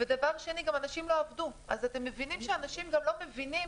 בנוסף גם אנשים לא עבדו, אז אנשים גם לא מבינים